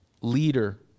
leader